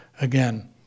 again